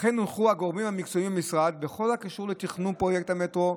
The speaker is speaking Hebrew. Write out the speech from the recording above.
וכך הונחו הגורמים המקצועיים במשרד בכל הקשור לתכנון פרויקט המטרו: